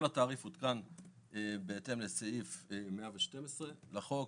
כל התעריף הותקן בהתאם לסעיף 112 לחוק,